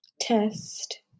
test